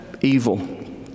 evil